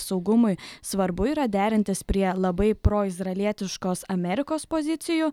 saugumui svarbu yra derintis prie labai proizraelietiškos amerikos pozicijų